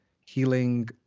healing